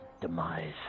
demise